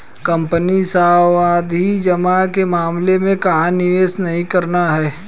Company सावधि जमा के मामले में कहाँ निवेश नहीं करना है?